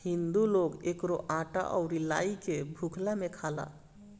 हिंदू लोग एकरो आटा अउरी लाई के भुखला में खाला